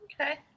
Okay